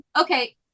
okay